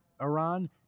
Iran